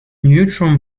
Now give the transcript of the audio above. neutron